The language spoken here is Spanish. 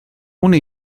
una